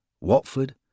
Watford